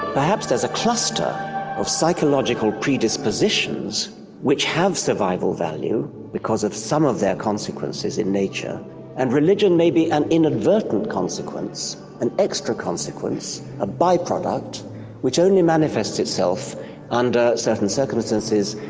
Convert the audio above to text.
perhaps there's a cluster of psychological predispositions which have survival value because of some of their consequences in nature and religion may be an inadvertent consequence, an extra consequence, a by-product which only manifests itself under certain circumstances,